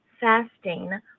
fasting